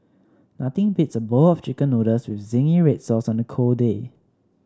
nothing beats a bowl of chicken noodles with zingy red sauce on a cold day